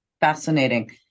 Fascinating